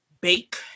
bake